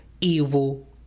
evil